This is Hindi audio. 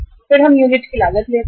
फिर हम यूनिट की लागत लेते हैं